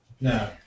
No